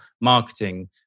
marketing